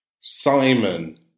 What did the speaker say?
Simon